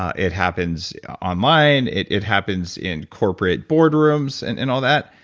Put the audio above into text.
um it happens online, it it happens in corporate board rooms, and and all that,